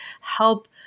help